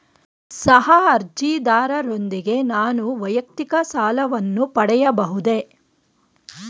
ಸಹ ಅರ್ಜಿದಾರರೊಂದಿಗೆ ನಾನು ವೈಯಕ್ತಿಕ ಸಾಲವನ್ನು ಪಡೆಯಬಹುದೇ?